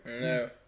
No